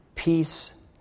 Peace